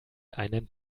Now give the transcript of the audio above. einen